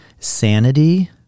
sanity